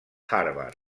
harvard